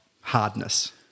hardness